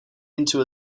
into